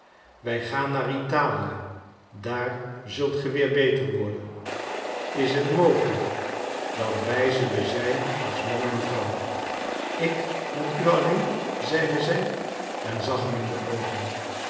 wij gaan naar italië daar zult ge weer beter worden is het mogelijk dat wij zullen zijn als man en vrouw ik met u alleen zeide zij en zag hem in de oogen